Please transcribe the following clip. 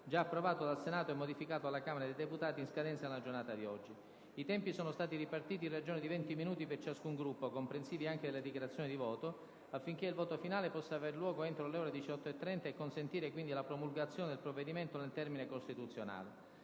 già approvato dal Senato e modificato dalla Camera dei deputati, in scadenza nella giornata di oggi. I tempi sono stati ripartiti in ragione di 20 minuti per ciascun Gruppo, comprensivi anche delle dichiarazioni di voto, affinché il voto finale possa avere luogo entro le ore 18,30 e consentire, quindi, la promulgazione del provvedimento nel termine costituzionale.